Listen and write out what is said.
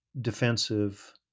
defensive